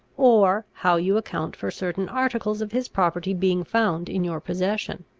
or how you account for certain articles of his property being found in your possession.